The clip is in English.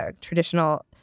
traditional